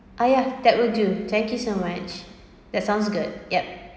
ah ya that will do thank you so much that sounds good yup